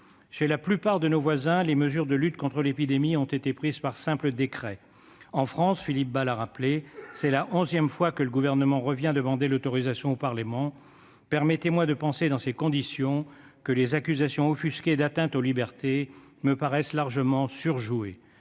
Chez la plupart de nos voisins, les mesures de lutte contre l'épidémie ont été prises par simple décret. En France, comme Philippe Bas l'a rappelé, c'est la onzième fois que le Gouvernement vient demander son autorisation au Parlement. Permettez-moi de penser, dans ces conditions, que les mines offusquées de ceux qui accusent l'exécutif de